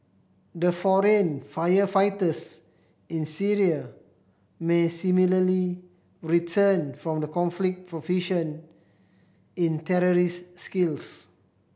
the foreign fire fighters in Syria may similarly return from the conflict proficient in terrorist skills